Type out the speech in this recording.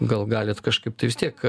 gal galit kažkaip tai vis tiek